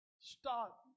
stop